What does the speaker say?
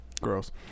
Gross